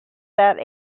that